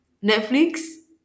Netflix